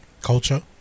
culture